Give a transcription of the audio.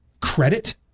credit